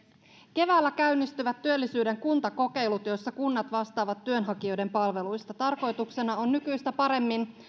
keväällä käynnistyvät työllisyyden kuntakokeilut joissa kunnat vastaavat työnhakijoiden palveluista tarkoituksena on nykyistä paremmin